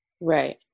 Right